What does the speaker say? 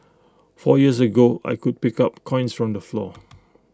four years ago I could pick up coins from the floor